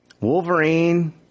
Wolverine